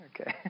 Okay